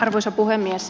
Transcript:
arvoisa puhemies